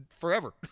forever